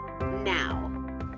now